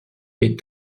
est